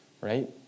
right